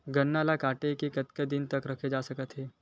गन्ना ल काट के कतेक दिन तक रखे जा सकथे?